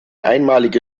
einmalige